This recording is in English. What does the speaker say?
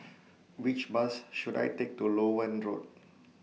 Which Bus should I Take to Loewen Road